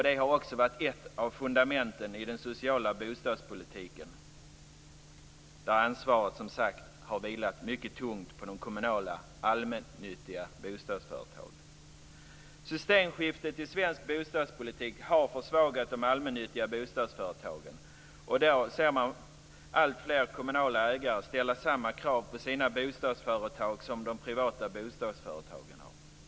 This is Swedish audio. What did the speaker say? Det har också varit ett av fundamenten i den sociala bostadspolitiken, där ansvaret som sagt har vilat mycket tungt på de kommunala, allmännyttiga bostadsföretagen. Systemskiftet i svensk bostadspolitik har försvagat de allmännyttiga bostadsföretagen, och i dag ser man alltfler kommunala ägare ställa samma krav på sina bostadsföretag som de privata bostadsföretagen gör.